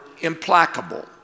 implacable